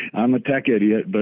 i'm a tech idiot, but